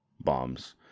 bombs